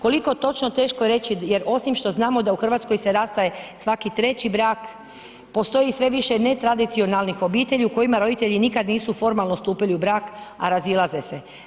Koliko točno teško je reći jer osim što znamo da u Hrvatskoj se rastaje svaki treći brak postoji sve više ne tradicionalnih obitelji u kojima roditelji nikada nisu formalno stupili u brak a razilaze se.